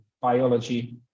biology